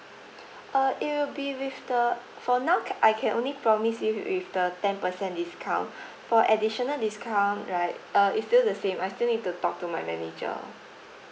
uh it will be with the for now I can only promise you with the ten percent discount for additional discount right uh is still the same I still need to talk to my manager